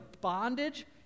bondage